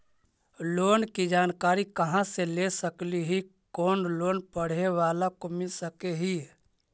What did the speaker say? Loan की जानकारी कहा से ले सकली ही, कोन लोन पढ़े बाला को मिल सके ही?